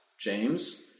James